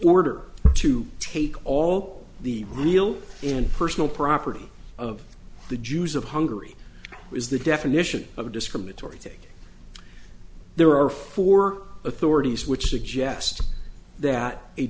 order to take all the real and personal property of the jews of hungary is the definition of discriminatory take there are four authorities which suggest that